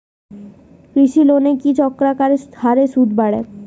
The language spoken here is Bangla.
কৃষি লোনের কি চক্রাকার হারে সুদ বাড়ে?